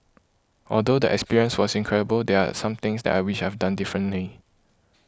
although the experience was incredible there are some things that I wish I have done differently